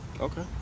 Okay